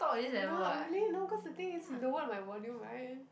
no lah really no cause the thing is he lowered my volume right